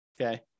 okay